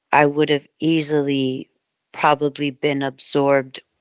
i would have easily probably been absorbed